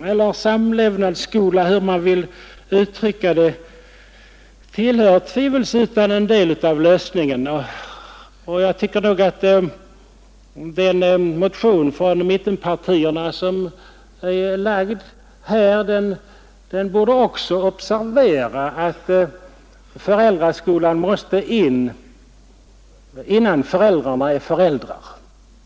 eller samlevnadsskolan, hur man vill uttrycka det, är tvivelsutan en del av lösningen. Jag tycker dock att man borde observera att föräldraskolan måste sättas in innan föräldrarna är föräldrar.